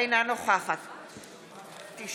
אינה נוכחת יש